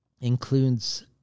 includes